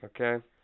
okay